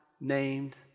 named